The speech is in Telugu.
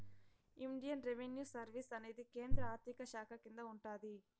ఇండియన్ రెవిన్యూ సర్వీస్ అనేది కేంద్ర ఆర్థిక శాఖ కింద ఉంటాది